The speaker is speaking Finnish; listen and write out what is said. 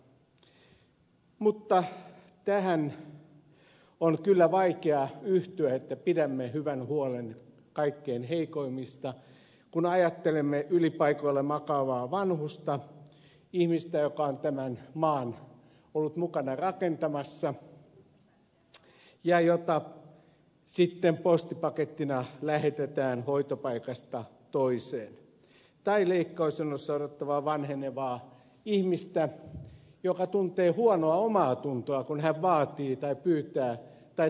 mutta tähän on kyllä vaikea yhtyä että pidämme hyvän huolen kaikkein heikoimmista kun ajattelemme ylipaikoilla makaavaa vanhusta ihmistä joka on ollut mukana rakentamassa tätä maata ja jota sitten postipakettina lähetetään hoitopaikasta toiseen tai leikkausjonossa odottavaa vanhenevaa ihmistä joka tuntee huonoa omaatuntoa kun hän vaatii tai pyytää tai tarvitsee apua